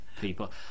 people